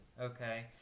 okay